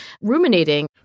ruminating